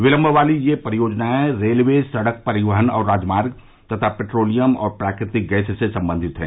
विलम्ब वाली ये परियोजनाएं रेलये सड़क परिवहन और राजमार्ग तथा पेट्रोलियम और प्राकृतिक गैस से संबंधित हैं